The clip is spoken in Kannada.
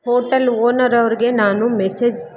ಹೋಟೆಲ್ ಓನರ್ ಅವ್ರಿಗೆ ನಾನು ಮೆಸೇಜ್